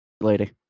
lady